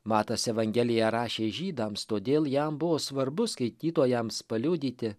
matas evangeliją rašė žydams todėl jam buvo svarbu skaitytojams paliudyti